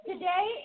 Today